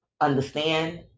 understand